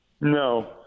No